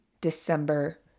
December